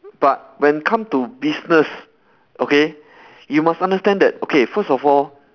but when it come to business okay you must understand that okay first of all